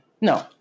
No